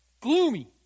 gloomy